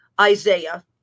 Isaiah